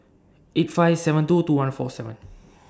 eight five seven two two one four seven